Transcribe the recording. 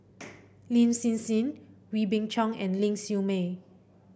Lin Hsin Hsin Wee Beng Chong and Ling Siew May